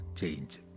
change